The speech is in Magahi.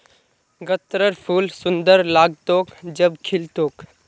गत्त्रर फूल सुंदर लाग्तोक जब खिल तोक